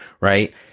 right